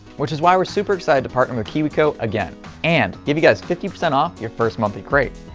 which is why we're super excited to partner with kiwico again and give you guys fifty percent off your first monthly crate.